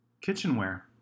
kitchenware